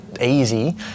easy